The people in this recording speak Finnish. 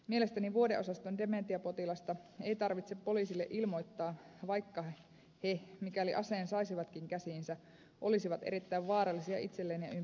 mielestäni vuodeosaston dementiapotilaita ei tarvitse poliisille ilmoittaa vaikka he mikäli aseen saisivatkin käsiinsä olisivat erittäin vaarallisia itselleen ja ympäristölleen